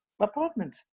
apartment